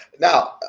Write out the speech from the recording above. Now